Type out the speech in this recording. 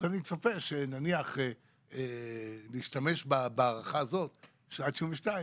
אז אני צופה שנניח נשתמש בהארכה הזאת עד גיל 72,